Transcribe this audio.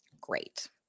Great